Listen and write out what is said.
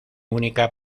única